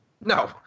No